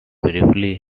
briefly